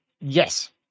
Yes